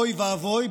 אוי ואבוי,